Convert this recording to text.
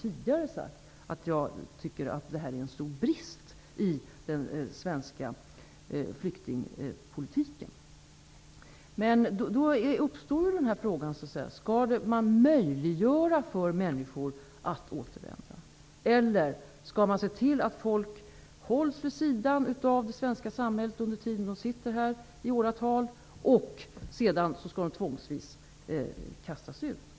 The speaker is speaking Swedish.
Jag har här i kammaren tidigare sagt att detta är en stor brist i den svenska flyktingpolitiken. Då uppstår frågan om man skall möjliggöra för människor att återvända eller se till att folk hålls vid sidan av det svenska samhället under den tid de sitter här -- i åratal -- för att sedan tvångsvis kastas ut.